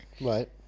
Right